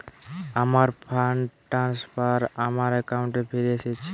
আমার fund transfer আমার অ্যাকাউন্টে ফিরে এসেছে